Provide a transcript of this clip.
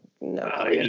no